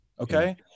okay